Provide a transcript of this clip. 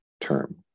term